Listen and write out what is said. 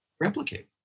replicate